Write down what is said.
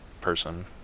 person